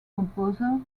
composers